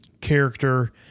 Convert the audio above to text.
character